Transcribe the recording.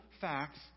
facts